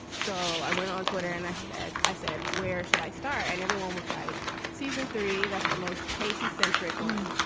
so i went on twitter and i said i said, where should i start? and everyone was like season three. that's the most pacey centric one.